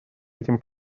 этим